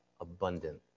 abundant